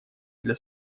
для